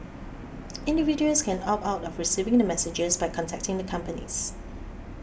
individuals can opt out of receiving the messages by contacting the companies